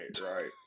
right